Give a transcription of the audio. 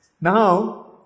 Now